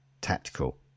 tactical